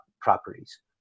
Properties